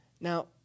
Now